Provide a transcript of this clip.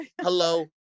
Hello